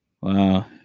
Wow